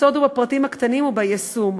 הסוד הוא בפרטים הקטנים וביישום,